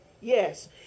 Yes